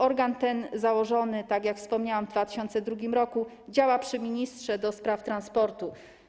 Organ ten, założony, tak jak wspomniałam, w 2002 r., działa przy ministrze do spraw transportu.